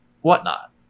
whatnot